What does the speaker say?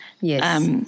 Yes